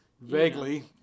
Vaguely